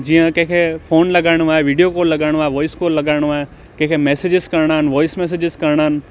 जीअं कंहिंखे फ़ोन लॻाइणो आहे वीडियो कॉल लॻाइणो आहे वॉइस कॉल लॻाइणो आहे कंहिंखे मैसेज़िस करिणा आहिनि वॉइस मैसेज़िस करिणा आहिनि